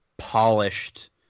polished